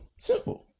Simple